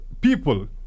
people